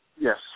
Yes